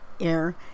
air